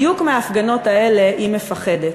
בדיוק מההפגנות האלה היא מפחדת.